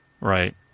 Right